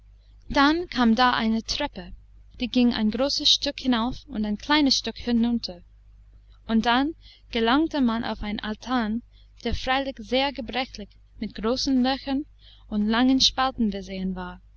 dann kam da eine treppe die ging ein großes stück hinauf und ein kleines stück hinunter und dann gelangte man auf einen altan der freilich sehr gebrechlich mit großen löchern und langen spalten versehen war